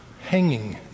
hanging